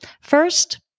First